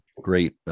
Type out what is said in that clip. great